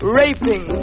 raping